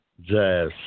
Jazz